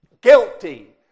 guilty